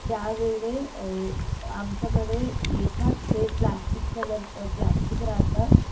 त्या वेळे आमच्याकडे येतात ते प्लास्टिक कलर प्लास्टिक राहतात